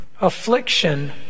affliction